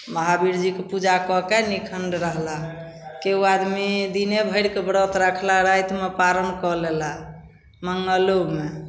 महावीरजीके पूजा कऽके निखण्ड रहला केओ आदमी दिने भरिके व्रत रखलाह रातिमे पारण कऽ लेलाह मङ्गलोमे